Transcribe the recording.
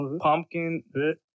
pumpkin